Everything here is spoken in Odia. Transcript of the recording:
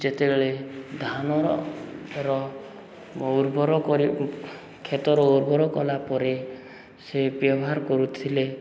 ଯେତେବେଳେ ଧାନର ଉର୍ବର କରି କ୍ଷେତର ଉର୍ବର କଲା ପରେ ସେ ବ୍ୟବହାର କରୁଥିଲେ